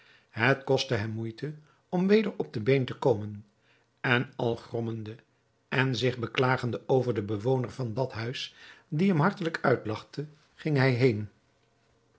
het kostte hem moeite om weder op de been te komen en al grommende en zich beklagende over den bewoner van dat huis die hem hartelijk uitlachte ging hij heen